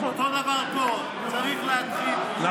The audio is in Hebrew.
אותו דבר פה, צריך להתחיל ולעשות.